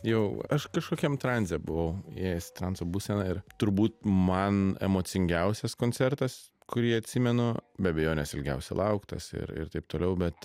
jau aš kažkokiam tranze buvau įėjęs į transo būseną ir turbūt man emocingiausias koncertas kurį atsimenu be abejonės ilgiausiai lauktas ir ir taip toliau bet